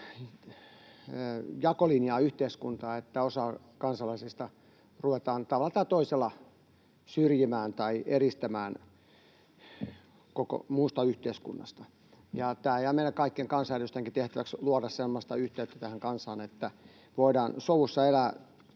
jakolinjaa yhteiskuntaan, että osaa kansalaisista ruvetaan tavalla tai toisella syrjimään tai eristämään koko muusta yhteiskunnasta. Meidän kaikkien kansanedustajienkin tehtäväksi jää luoda semmoista yhteyttä tähän kansaan, että voidaan sovussa elää